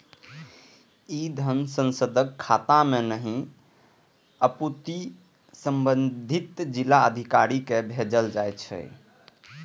ई धन सांसदक खाता मे नहि, अपितु संबंधित जिलाधिकारी कें भेजल जाइ छै